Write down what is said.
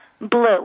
blue